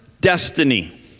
destiny